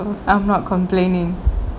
so I'm not complaining